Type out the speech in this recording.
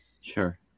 sure